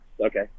okay